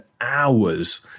hours